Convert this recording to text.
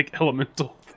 elemental